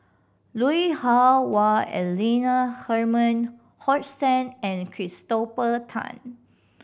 Lui Hah Wah Elena Herman Hochstadt and Christopher Tan